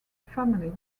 family